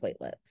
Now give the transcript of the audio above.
platelets